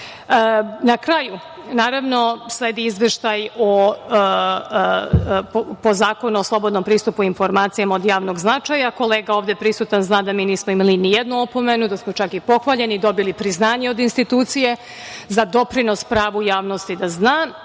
kraju, naravno, sledi Izveštaj po Zakonu o slobodnom pristupu informacijama od javnog značaja. Kolega ovde prisutan zna da mi nismo imali nijednu opomenu, da smo čak i pohvaljeni, dobili priznanje od institucije za doprinos prava u javnosti da zna